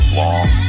long